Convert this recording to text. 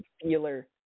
feeler